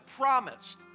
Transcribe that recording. promised